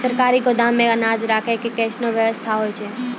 सरकारी गोदाम मे अनाज राखै के कैसनौ वयवस्था होय छै?